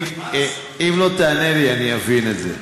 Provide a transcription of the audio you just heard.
אם לא תענה לי, אני אבין את זה.